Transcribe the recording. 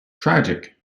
tragic